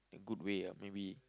good way ah maybe